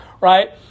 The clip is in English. right